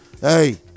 Hey